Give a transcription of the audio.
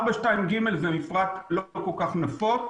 ב-4.2ג זה מפרט לא כל כך נפוץ,